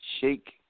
shake